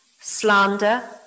slander